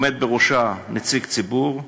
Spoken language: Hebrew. עומד בראשה נציג ציבור,